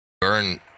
...burn